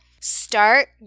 Start